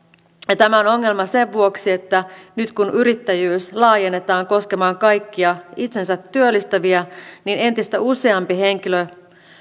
ja tämä on ongelma sen vuoksi että nyt kun yrittäjyys laajennetaan koskemaan kaikkia itsensätyöllistäjiä niin entistä useampi henkilö